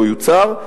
או יוצר,